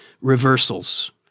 reversals